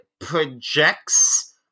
projects